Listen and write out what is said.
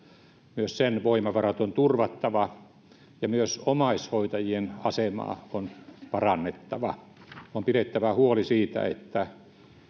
myös sen voimavarat on turvattava ja myös omaishoitajien asemaa on parannettava on pidettävä huoli siitä että